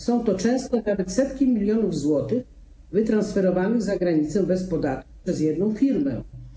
Są to często nawet setki milionów złotych wytransferowanych za granicę bez podatku przez jedną firmę.